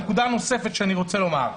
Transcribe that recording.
נקודה נוספת שאני רוצה לומר,